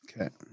Okay